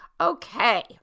Okay